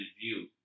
view